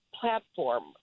platform